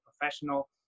professional